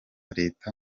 leta